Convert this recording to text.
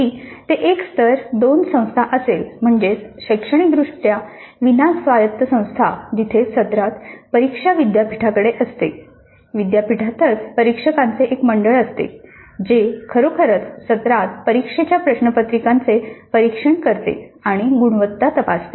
जरी ते एक स्तर 2 संस्था असेल म्हणजेच शैक्षणिकदृष्ट्या विना स्वायत्त संस्था जिथे सत्रांत परीक्षा विद्यापीठाकडे असते विद्यापीठातच परीक्षकांचे एक मंडळ असते जे खरोखरच सत्रांत परीक्षेच्या प्रश्नपत्रिकानचे परीक्षण करते आणि गुणवत्ता तपासते